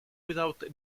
without